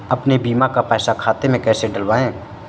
अपने बीमा का पैसा खाते में कैसे डलवाए?